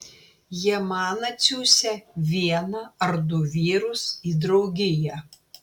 jie man atsiųsią vieną ar du vyrus į draugiją